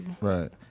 Right